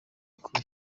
uko